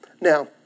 Now